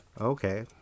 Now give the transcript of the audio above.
Okay